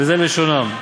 וזה לשונם: